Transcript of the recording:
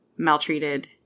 Maltreated